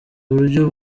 uburyo